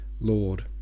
Lord